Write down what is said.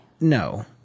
No